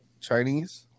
Chinese